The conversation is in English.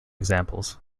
examples